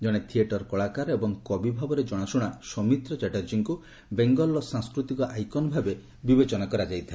କଣେ ଥିଏଟର କଳାକାର ଏବଂ କବିଭାବରେ କଣାଶୁଣା ସୌମିତ୍ର ଚାଟାର୍ଜୀଙ୍କୁ ବେଙ୍ଗଲ୍ର ସାଂସ୍କୃତିକ ଆଇକନ୍ ଭାବେ ବିବେଚନା କରାଯାଇଥିଲା